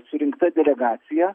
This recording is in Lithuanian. surinkta delegacija